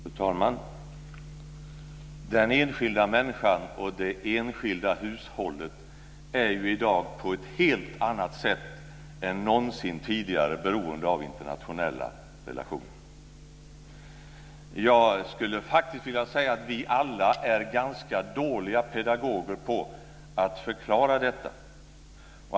Fru talman! Den enskilda människan och det enskilda hushållet är i dag på ett helt annat sätt än någonsin tidigare beroende av internationella relationer. Jag skulle faktiskt vilja säga att vi alla är ganska dåliga pedagoger när det gäller att förklara detta.